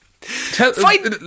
Fight